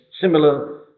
similar